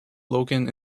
logan